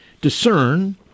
discern